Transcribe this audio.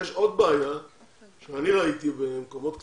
יש עוד בעיה שאני ראיתי במקומות קטנים,